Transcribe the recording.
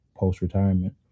post-retirement